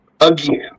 again